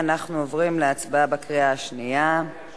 אנחנו עוברים להצבעה בקריאה שנייה על